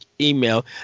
email